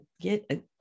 get